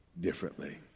differently